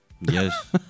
Yes